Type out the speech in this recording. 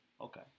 Okay